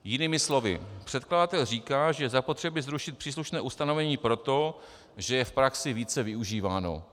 Jinými slovy předkladatel říká, že je zapotřebí zrušit příslušné ustanovení proto, že je v praxi více využíváno.